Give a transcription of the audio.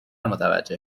متوجه